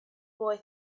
boy